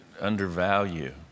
undervalue